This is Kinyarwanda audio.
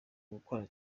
gukora